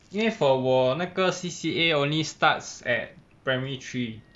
因为 for 我那个 C_C_A only starts at primary three